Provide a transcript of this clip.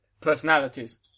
personalities